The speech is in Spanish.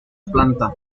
planta